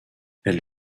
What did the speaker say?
elle